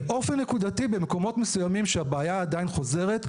באופן נקודתי במקומות מסוימים שהבעיה עדיין חוזרת,